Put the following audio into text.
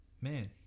man